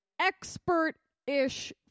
expert-ish